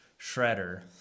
shredder